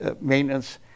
maintenance